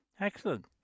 excellent